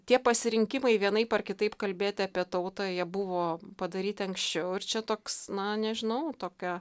tie pasirinkimai vienaip ar kitaip kalbėti apie tautą jie buvo padaryti anksčiau ir čia toks na nežinau tokio